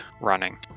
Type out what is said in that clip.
running